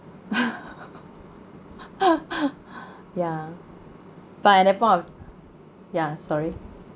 ya but at that point ya sorry